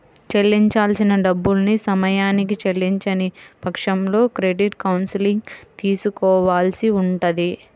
చెల్లించాల్సిన డబ్బుల్ని సమయానికి చెల్లించని పక్షంలో క్రెడిట్ కౌన్సిలింగ్ తీసుకోవాల్సి ఉంటది